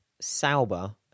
Sauber